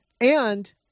And-